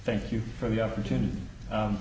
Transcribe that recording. thank you for the opportunity